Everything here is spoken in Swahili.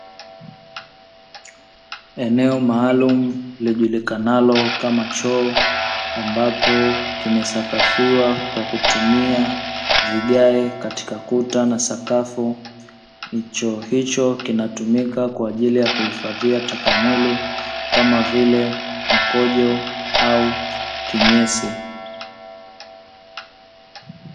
Eneo maalumu lijulikanalo kama choo ambapo kimesakafiwa kwa kutumia vigaye katika kuta na sakafu, choo hicho kinatumika kwa ajili yakuhifadhia taka mwili kama vile mkojo au kinyesi.